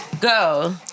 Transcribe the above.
Go